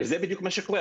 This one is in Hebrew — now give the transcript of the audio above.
וזה בדיוק מה שקורה.